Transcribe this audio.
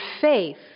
faith